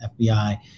FBI